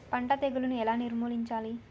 పంట తెగులుని ఎలా నిర్మూలించాలి?